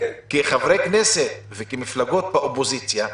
כחברי כנסת וכמפלגות באופוזיציה,